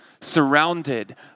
surrounded